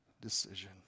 decision